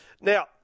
Now